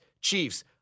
Chiefs